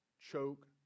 choke